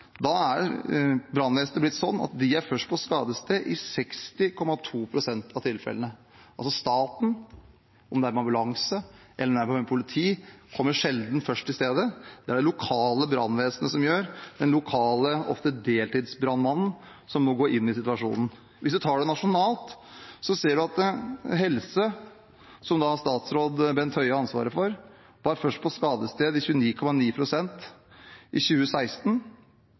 Da er det blitt sånn at brannvesenet er først på skadestedet i 60,2 pst. av tilfellene. Staten, enten det er ambulanse eller politi, kommer altså sjelden først til stedet. Det er det det lokale brannvesenet som gjør – det lokale, ofte deltidsbrannmannen, som må gå inn i situasjonen. Hvis man ser på det nasjonalt, ser man at helsevesenet, som statsråd Bent Høie har ansvaret for, var først på skadestedet i 29,9 pst. av tilfellene i 2016.